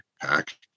pack